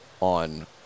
on